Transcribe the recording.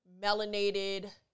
melanated